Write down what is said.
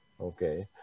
Okay